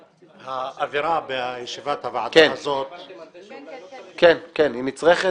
האווירה בישיבת הוועדה הזאת של טרור פוליטי --- זו לא הצעת